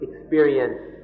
experience